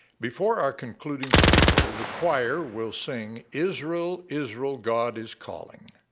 before our concluding speaker, the choir will sing israel, israel, god is calling.